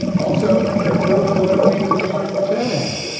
also could prove politically inconvenient for shanahan.